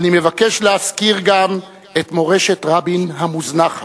אני מבקש להזכיר גם את "מורשת רבין המוזנחת"